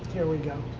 here we go.